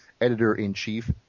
Editor-in-Chief